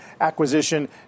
acquisition